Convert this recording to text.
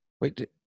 Wait